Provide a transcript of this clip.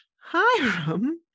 Hiram